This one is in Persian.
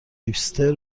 هیپستر